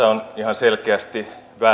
selkeästi väärinymmärrys sdpn